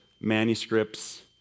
manuscripts